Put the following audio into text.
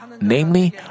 Namely